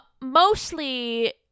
Mostly